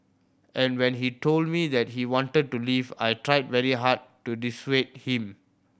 and when he told me that he wanted to leave I tried very hard to dissuade him